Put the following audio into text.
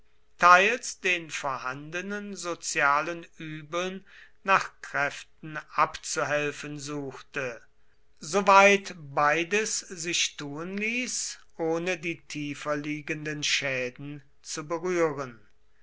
teils den vorhandenen sozialen übeln nach kräften abzuhelfen suchte soweit beides sich tun ließ ohne die tieferliegenden schäden zu berühren